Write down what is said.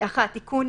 1. תיקון